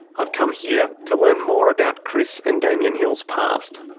i've come here to learn more about chris and damien hill's past.